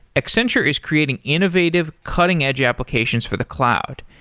accenture is creating innovative, cutting edge applications for the cloud,